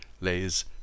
lays